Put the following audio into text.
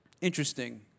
Interesting